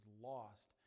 lost